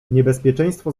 niebezpieczeństwo